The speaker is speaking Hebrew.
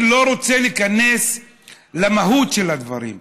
אני לא רוצה להיכנס למהות של הדברים,